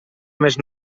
més